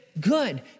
good